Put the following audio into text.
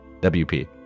WP